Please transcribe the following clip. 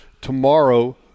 Tomorrow